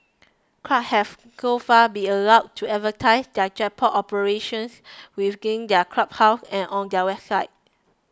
clubs have so far been allowed to advertise their jackpot operations within their clubhouses and on their websites